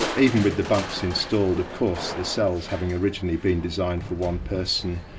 even with the bunks installed of course, the cells having originally been designed for one person,